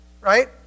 right